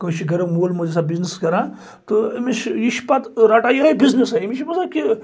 کٲنٛسہِ چھُ گرِ مول موج آسان بزنٮ۪س کران تہٕ أمس چھُ یہِ چھُ پَتہٕ رَٹان یِہے بزنٮ۪س أمس چھُ باسان کہِ